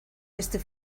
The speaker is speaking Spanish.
este